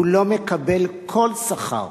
והוא לא מקבל כל שכר